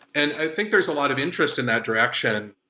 and i think there's a lot of interest in that direction.